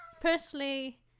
personally